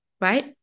Right